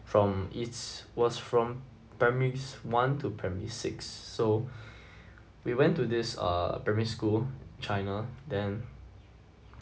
from its was from primary one to primary six so we went to this uh primary school china then